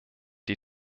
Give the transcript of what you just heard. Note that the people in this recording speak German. die